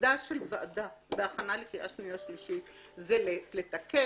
תפקידה של ועדה בהכנה לקריאה שנייה ושלישית זה לתקן,